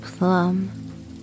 plum